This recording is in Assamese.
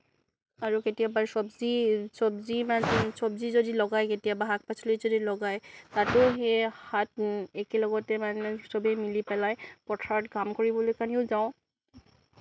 আৰু কেতিয়াবা চব্জি চব্জি বা চব্জি যদি লগাই কেতিয়াবা শাক পাচলি যদি লগাই তাতো সেই শাক একেলগতে মানে সবেই মিলি পেলাই পথাৰত কাম কৰিবলৈ কাৰণেও যাওঁ